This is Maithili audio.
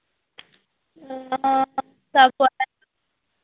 हँ सभ कोइ